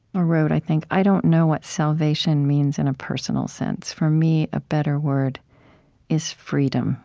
or wrote, i think, i don't know what salvation means in a personal sense. for me, a better word is freedom